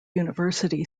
university